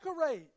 decorate